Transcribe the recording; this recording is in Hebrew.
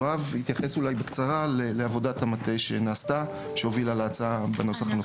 יואב יתייחס אולי בקצרה לעבודת המטה שנעשתה והובילה להצעה בנוסח הנוכחי.